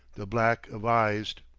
the black-avised.